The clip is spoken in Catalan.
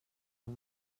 els